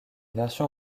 version